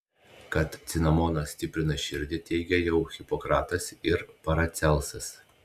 kad cinamonas stiprina širdį teigė jau hipokratas ir paracelsas